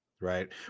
right